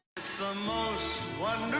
it's the most